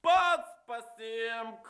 pats pasiimk